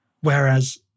Whereas